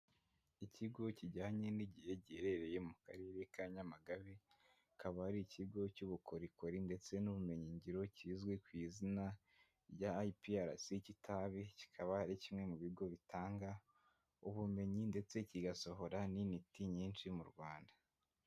Ikigo kijyanye n'igihe giherereye mu karere ka Nyamagabe, akaba ari ikigo cy'ubukorikori ndetse n'ubumenyingiro, kizwi ku izina rya IPRC Kitabi, kikaba ari kimwe mu bigo bitanga ubumenyi ndetse kigasohora n'intiti nyinshi mu Rwanda.